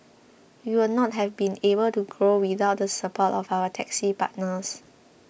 we would not have been able to grow without the support of our taxi partners